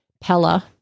Pella